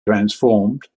transformed